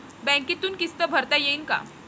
बँकेतून किस्त भरता येईन का?